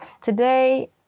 Today